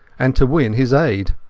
and to win his aid.